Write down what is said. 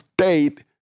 state